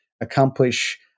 accomplish